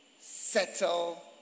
settle